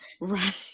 right